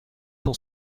cent